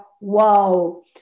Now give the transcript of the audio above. wow